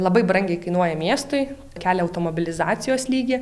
labai brangiai kainuoja miestui kelia automobilizacijos lygį